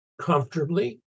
Comfortably